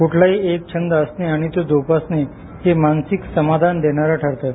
कुठलाही एक छंद असणे आणि तो जोपासणं हे मानसिक समाधान देणारं ठरतं